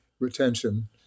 retention